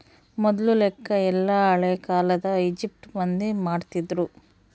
ಮೊದ್ಲು ಲೆಕ್ಕ ಎಲ್ಲ ಹಳೇ ಕಾಲದ ಈಜಿಪ್ಟ್ ಮಂದಿ ಮಾಡ್ತಿದ್ರು